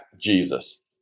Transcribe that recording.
Jesus